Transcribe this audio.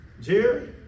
Jerry